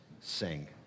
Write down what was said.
sing